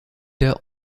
der